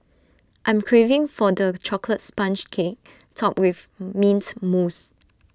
I'm craving for the Chocolate Sponge Cake Topped with Mint Mousse